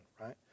right